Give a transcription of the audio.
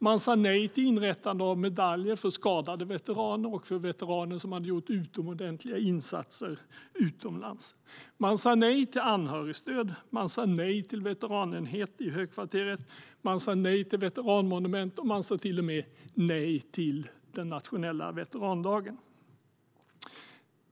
Man sa nej till inrättande av medaljer för skadade veteraner och för veteraner som hade gjort utomordentliga insatser utomlands. Man sa nej till anhörigstöd, man sa nej till en veteranenhet i högkvarteret, man sa nej till veteranmonument och man sa till och med nej till den nationella veterandagen.